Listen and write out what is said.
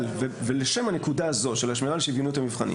ולשם הנקודה הזו של השמירה של שוויוניות המבחנים.